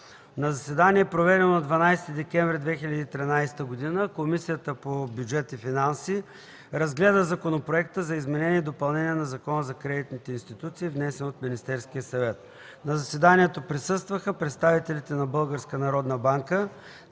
На заседание, проведено на 12 декември 2013 г., Комисията по бюджет и финанси разгледа Законопроекта за изменение и допълнение на Закона за кредитните институции, внесен от Министерския съвет. На заседанието присъстваха представителите на